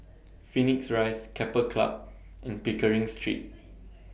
Phoenix Rise Keppel Club and Pickering Street